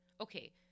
okay